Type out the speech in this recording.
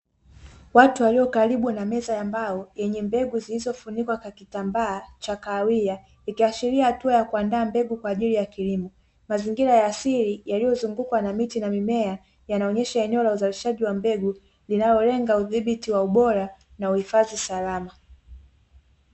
Watu walio karibu na meza ya mbao yenye mbegu zilizofunikwa kwa kitambaa cha kahawia, ikiashiria hatua ya kuandaa mbegu kwa ajili ya kilimo, mazingira ya asili yaliyozungukwa na miti na mimea, yanayoonyesha eneo la uzalishaji wa mbegu, linalolenga udhibiti wa ubora na uhifadhi salama.